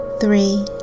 three